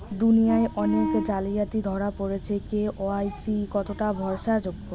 দুনিয়ায় অনেক জালিয়াতি ধরা পরেছে কে.ওয়াই.সি কতোটা ভরসা যোগ্য?